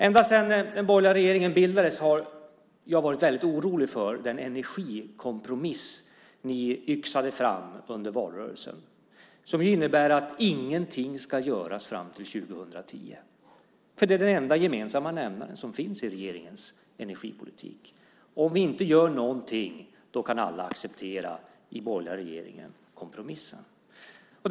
Ända sedan den borgerliga regeringen bildades har jag varit orolig för den energikompromiss som ni yxade fram under valrörelsen, som innebär att ingenting ska göras fram till 2010. Det är nämligen den enda gemensamma nämnaren i regeringens energipolitik; om vi inte gör någonting kan alla i den borgerliga regeringen acceptera kompromissen.